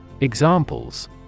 Examples